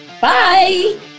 Bye